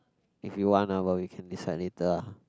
if you want lah but we can decide later ah